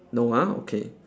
no ah okay